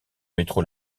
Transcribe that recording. métro